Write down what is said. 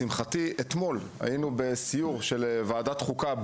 אתמול היינו בסיור של ועדת חוקה,